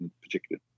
particular